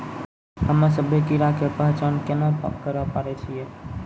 हम्मे सभ्भे कीड़ा के पहचान केना करे पाड़ै छियै?